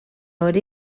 hori